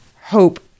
hope